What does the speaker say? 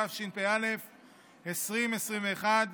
התשפ"א 2021,